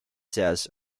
seas